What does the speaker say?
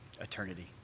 Eternity